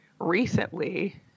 recently